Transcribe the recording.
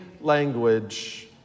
language